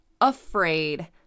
afraid